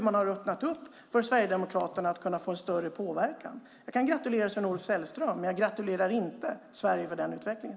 Man har öppnat för Sverigedemokraterna att få en större påverkan. Jag kan gratulera Sven-Olof Sällström, men jag gratulerar inte Sverige för den utvecklingen.